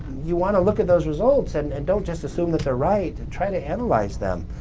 you want to look at those results and and don't just assume that they're right, try to analyze them.